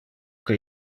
que